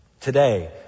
today